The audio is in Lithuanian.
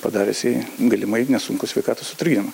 padaręs jai galimai nesunkų sveikatos sutrikdymą